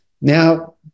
Now